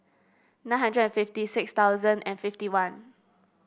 nine hundred and fifty six thousand and fifty one